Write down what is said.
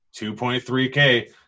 2.3K